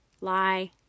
Lie